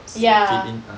ya